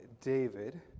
David